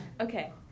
okay